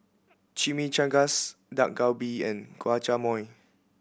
Chimichangas Dak Galbi and Guacamole